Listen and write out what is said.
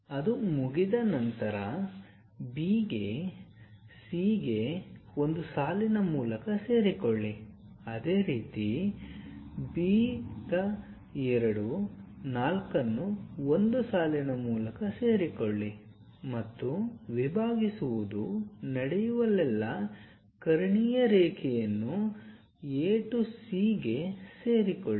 ಅದು ಮುಗಿದ ನಂತರ B ಗೆ C ಗೆ ಒಂದು ಸಾಲಿನ ಮೂಲಕ ಸೇರಿಕೊಳ್ಳಿ ಅದೇ ರೀತಿ B 2 4 ಅನ್ನು ಒಂದು ಸಾಲಿನ ಮೂಲಕ ಸೇರಿಕೊಳ್ಳಿ ಮತ್ತು ವಿಭಾಗಿಸುವುದು ನಡೆಯುವಲ್ಲೆಲ್ಲಾ ಕರ್ಣೀಯ ರೇಖೆಯನ್ನು A to C ಗೆ ಸೇರಿಕೊಳ್ಳಿ